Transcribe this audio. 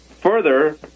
further